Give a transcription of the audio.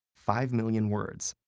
five million words,